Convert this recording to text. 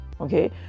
Okay